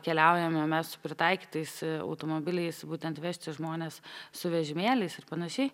keliaujame mes su pritaikytais automobiliais būtent vežti žmones su vežimėliais ir panašiai